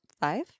five